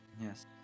Yes